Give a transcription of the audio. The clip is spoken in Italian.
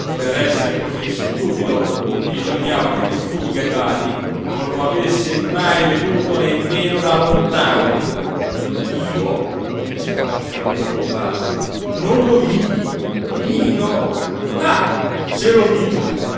per essere cosí stupido bisognava che costui garibaldi non lo avesse mai veduto nemmeno da lontano io esclamò sciaramè con un balzo non lo vidi io ah se lo vidi